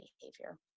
behavior